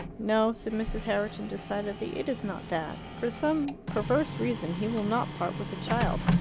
no, said mrs. herriton decidedly. it is not that. for some perverse reason he will not part with the child.